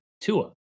Tua